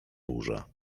burza